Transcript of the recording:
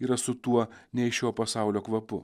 yra su tuo ne iš šio pasaulio kvapu